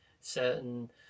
certain